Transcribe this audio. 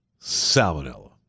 salmonella